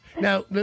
Now